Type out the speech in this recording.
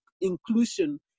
inclusion